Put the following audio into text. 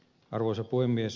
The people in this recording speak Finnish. arvoisa puhemies